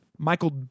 michael